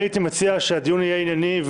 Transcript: אני הייתי מציע שהדיון יהיה ענייני.